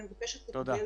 אני מבקשת לקבל.